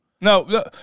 No